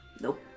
Nope